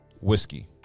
Whiskey